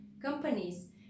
companies